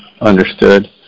understood